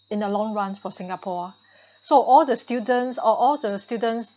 in the long run for singapore so all the students or all the students